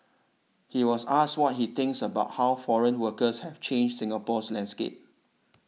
he was asked what he thinks about how foreign workers have changed Singapore's landscape